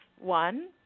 one